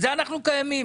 לשם כך אנחנו קיימים.